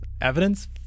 evidence